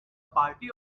party